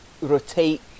rotate